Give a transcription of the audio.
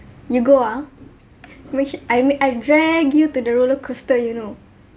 you go ah which I may I drag you to the roller coaster you know